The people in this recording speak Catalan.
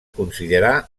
considerà